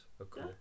Okay